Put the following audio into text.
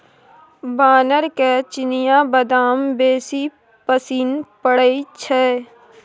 बानरके चिनियाबदाम बेसी पसिन पड़य छै